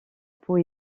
peau